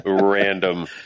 random